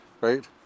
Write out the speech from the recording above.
right